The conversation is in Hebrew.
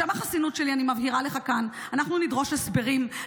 בשם החסינות שלי אני מבהירה לך כאן: אנחנו נדרוש הסברים,